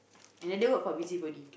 another word for busybody